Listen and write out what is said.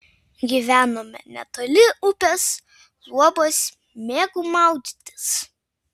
gyvenome netoli upės luobos mėgau maudytis